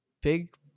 big